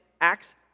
Acts